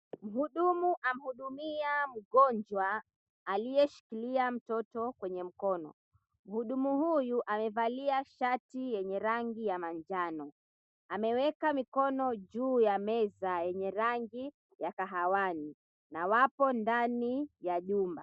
Mhudumu amhudumia mgonjwa aliyeshikilia mtoto kwenye mkono. Mhudumu huyu amevalia shati yenye rangi ya manjano, ameweka mikono juu ya meza yenye rangi ya kahawali na wapo ndani ya jumba.